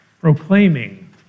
proclaiming